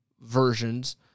versions